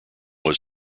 was